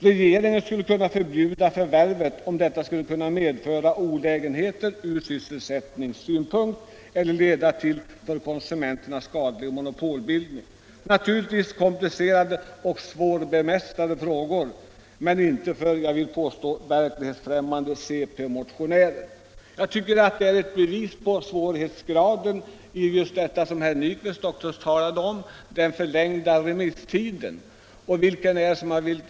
Regeringen skulle kunna förbjuda förvärvet, om detta skulle kunna medföra olägenheter ur sysselsättningssynpunkt eller leda till för konsumenterna skadlig monopolbildning. Naturligtvis är detta komplicerade och svårbedömda frågor - utom för vad jag vill kalla verklighetsfräömmande centermotionärer. Ett bevis på svårighetsgraden är den förlängda remisstiden, som herr Nyquist också talade om. Och vilka är det som har begärt förlängning av remisstiden? 13 Riksdagens protokoll 1975.